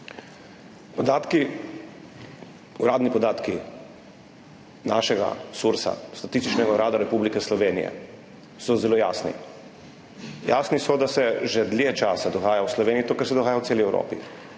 vprašanje. Uradni podatki našega Sursa, Statističnega urada Republike Slovenije, so zelo jasni. Jasni so, da se že dlje časa dogaja v Sloveniji to, kar se dogaja v celi Evropi,